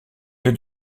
lieu